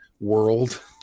world